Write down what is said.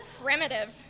Primitive